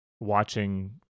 watching